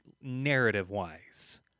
narrative-wise